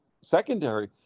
secondary